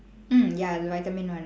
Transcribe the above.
mm ya the vitamin one